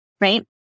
right